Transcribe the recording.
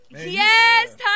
Yes